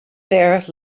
there